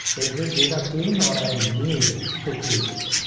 is this data clean or i need to clean it?